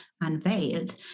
unveiled